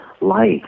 life